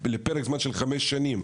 לפרק זמן של חמש שנים,